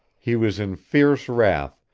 he was in fierce wrath,